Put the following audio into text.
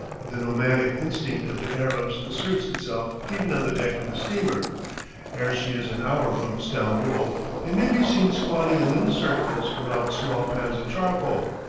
the nomadic instinct of the arabs asserts itself even on the deck of the steamer ere she is an hour from stamboul they may be seen squatting in little circles around small pans of charcoal,